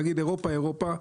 להגיד אירופה אירופה,